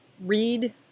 read